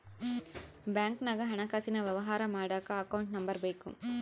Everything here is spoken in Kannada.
ಬ್ಯಾಂಕ್ನಾಗ ಹಣಕಾಸಿನ ವ್ಯವಹಾರ ಮಾಡಕ ಅಕೌಂಟ್ ನಂಬರ್ ಬೇಕು